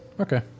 Okay